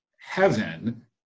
heaven